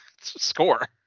Score